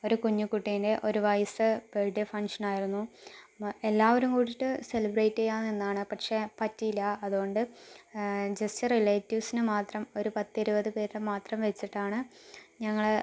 ഒരു കുഞ്ഞ് കുട്ടീന്റെ ഒരു വയസ്സ് ബേഡേ ഫംഗ്ഷനായിരുന്നു എല്ലാവരും കൂടിയിട്ട് സെലിബ്രേറ്റ് ചെയ്യാനിന്നാണ് പക്ഷേ പറ്റീല്ലാ അതുകൊണ്ട് ജസ്റ്റ് റിലേറ്റീവ്സിനെ മാത്രം ഒരു പത്തിരുപത് പേരെ മാത്രം വെച്ചിട്ടാണ് ഞങ്ങള്